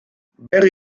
barry